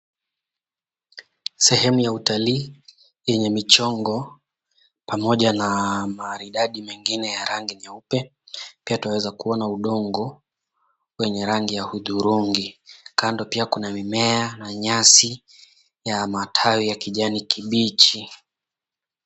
Sehemu ya utalii yenye michongo pamoja na maridadi mengine ya rangi nyeupe, pia tunaweza kuona udongo wenye rangi ya udhurungi. Kando pia kuna mimea na nyasi ya matawi ya kijani kibichi.